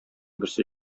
берсе